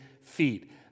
feet